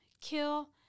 kill